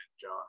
John